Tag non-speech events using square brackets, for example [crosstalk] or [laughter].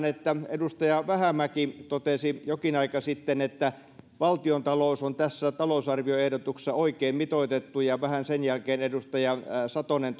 [unintelligible] että edustaja vähämäki totesi jokin aika sitten että valtiontalous on tässä talousarvioehdotuksessa oikein mitoitettu ja vähän sen jälkeen edustaja satonen [unintelligible]